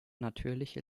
natürliche